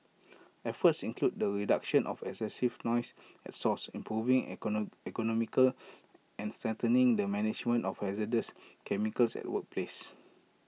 efforts include the reduction of excessive noise at source improving ergonomics and strengthening the management of hazardous chemicals at workplaces